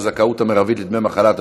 (מתן הודעה בדבר הכוונה להגיש תביעה נגד צד שלישי כתנאי להגשתה),